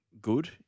good